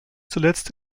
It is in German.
zuletzt